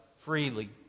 freely